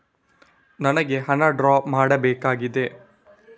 ನನಿಗೆ ಹಣ ಡ್ರಾ ಮಾಡ್ಬೇಕಾಗಿದೆ